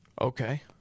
Okay